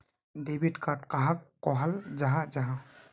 Debit card कहाक कहाल जाहा जाहा?